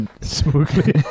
smoothly